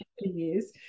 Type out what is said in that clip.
years